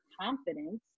confidence